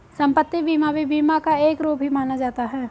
सम्पत्ति बीमा भी बीमा का एक रूप ही माना जाता है